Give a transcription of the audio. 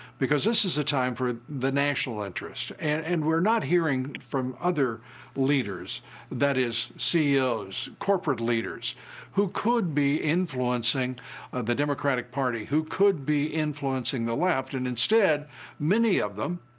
because this is a time for the national interests. and and we're not hearing from other leaders that is, ceos, corporate leaders who could be influencing the democratic party, who could be influencing the left. and instead many of them,